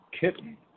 kitten